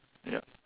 ya